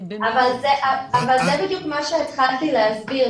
זה בדיוק מה שהתחלתי להסביר,